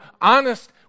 honest